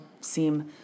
seem